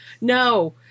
No